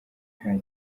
nta